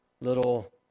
little